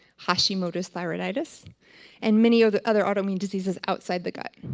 hashimoto's thyroiditis and many other other autoimmune diseases outside the gut,